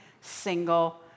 single